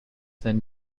then